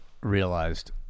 realized